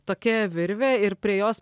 tokia virvė ir prie jos